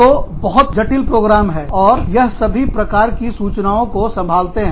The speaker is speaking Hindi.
तो बहुत जटिल प्रोग्राम है और यह सभी प्रकार की सूचनाओं को संभालते हैं